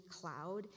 cloud